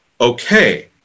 Okay